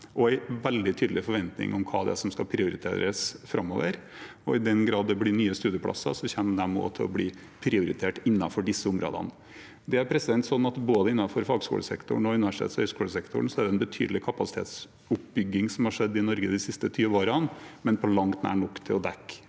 og en veldig tydelig forventning om hva som skal prioriteres framover. I den grad det blir nye studieplasser, kommer de også til å bli prioritert innenfor disse områdene. Innenfor både fagskolesektoren og universitets- og høyskolesektoren har det skjedd en betydelig kapasitetsoppbygging i Norge de siste 20 årene, men på langt nær nok til å dekke